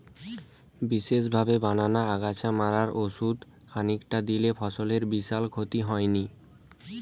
বিশেষভাবে বানানা আগাছা মারার ওষুধ খানিকটা দিলে ফসলের বিশাল ক্ষতি হয়নি